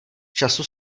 času